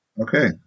Okay